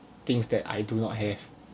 things that I do not have